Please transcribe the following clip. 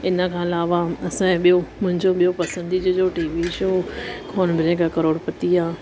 इनखां अलावा असांजो ॿियो मुंहिंजो ॿियो पसंदीदा जो TV show Kaun Banega Crorepati आहे